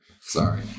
Sorry